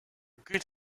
good